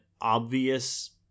obvious